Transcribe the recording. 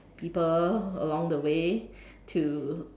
people along the way to